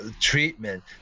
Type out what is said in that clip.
treatment